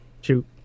Shoot